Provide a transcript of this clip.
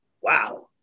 wow